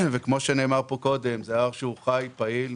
וכמו שנאמר פה קודם, זה הר שהוא חי, פעיל,